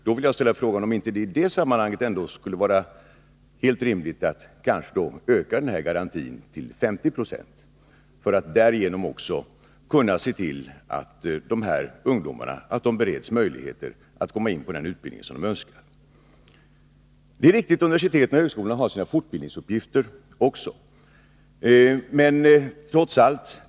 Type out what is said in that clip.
Då vill jag ställa frågan om det inte skulle vara helt rimligt att öka garantin till 50 90 för att kunna se till att dessa ungdomar bereds möjligheter att komma in på den utbildning som de önskar. Det är riktigt att universiteten och högskolorna också har sina fortbildningsuppgifter.